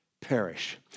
perish